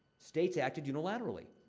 states acted unilaterally.